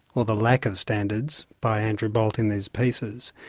or the lack of standards by andrew bolt in these pieces,